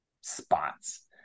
spots